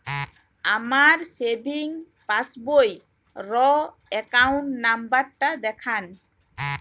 আমার সেভিংস পাসবই র অ্যাকাউন্ট নাম্বার টা দেখান?